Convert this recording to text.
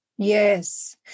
Yes